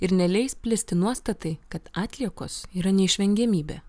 ir neleis plisti nuostatai kad atliekos yra neišvengiamybė